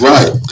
Right